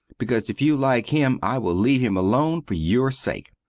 because if you like him i will leave him alone fer your sake.